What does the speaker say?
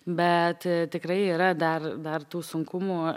bet tikrai yra dar dar tų sunkumų